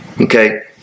Okay